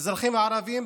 האזרחים הערבים,